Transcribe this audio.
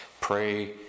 Pray